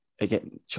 again